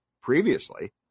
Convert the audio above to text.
previously